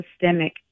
systemic